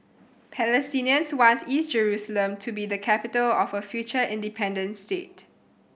Palestinians want East Jerusalem to be the capital of a future independent state